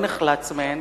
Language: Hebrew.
לא נחלץ מהן,